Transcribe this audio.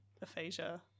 aphasia